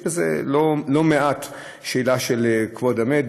יש בזה לא מעט שאלה של כבוד המת.